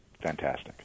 fantastic